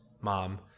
mom